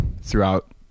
throughout